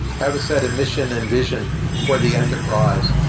how to set a mission and vision for the enterprise?